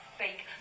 fake